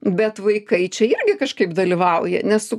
bet vaikai čia irgi kažkaip dalyvauja nes su